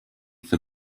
for